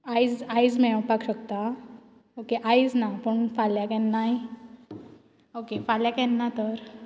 आयज आयज मेळपाक शकता ओके आयज ना पूण फाल्यां केन्नाय ओके फाल्यां केन्ना तर